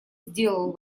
сделал